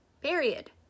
Period